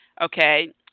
okay